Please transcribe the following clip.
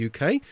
UK